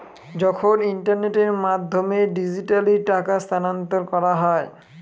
যখন ইন্টারনেটের মাধ্যমে ডিজিট্যালি টাকা স্থানান্তর করা হয়